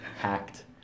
Hacked